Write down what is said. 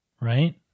Right